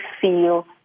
feel